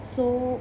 so